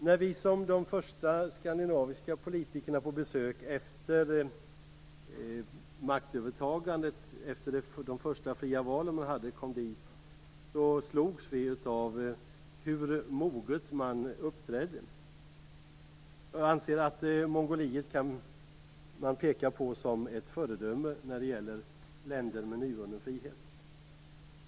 När vi som de första skandinaviska politikerna kom på besök efter maktövertagandet och de första fria valen slogs vi av hur moget man uppträdde. Jag anser att vi kan peka på Mongoliet som ett föredöme när det gäller länder med nyvunnen frihet.